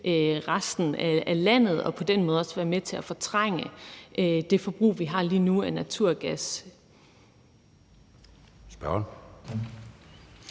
resten af landet og på den måde også være med til at fortrænge det forbrug af naturgas,